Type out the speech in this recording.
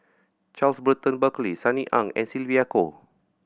Charles Burton Buckley Sunny Ang and Sylvia Kho